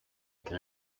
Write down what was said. can